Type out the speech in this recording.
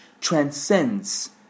transcends